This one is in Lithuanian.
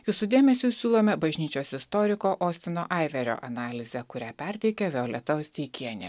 jūsų dėmesiui siūlome bažnyčios istoriko ostino aiverio analizę kurią perteikė violeta osteikienė